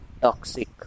Toxic